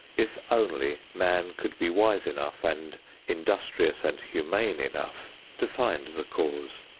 if only man could be wise enough and industrious and humane enough to find the cause.